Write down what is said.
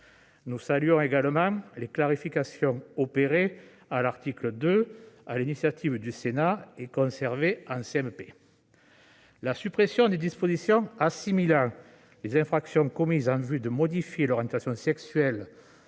Nous saluons également les clarifications effectuées à l'article 2 sur l'initiative du Sénat et conservées en CMP. La suppression des dispositions assimilant les infractions commises en vue de modifier l'orientation sexuelle